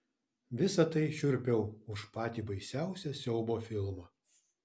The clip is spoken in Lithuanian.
visa tai šiurpiau už patį baisiausią siaubo filmą